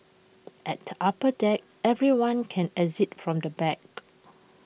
at the upper deck everyone can exit from the back